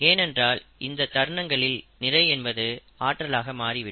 ஏனென்றால் இந்தத் தருணங்களில் நிறை என்பது ஆற்றலாக மாறி விடும்